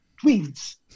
twins